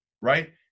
right